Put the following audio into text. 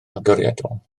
agoriadol